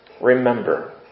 Remember